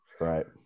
right